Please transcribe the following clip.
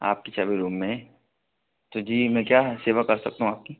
आपके सभी रूम में तो जी मैं क्या सेवा कर सकता हूँ आपकी